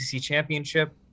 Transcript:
championship